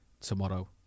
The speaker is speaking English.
tomorrow